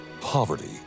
Poverty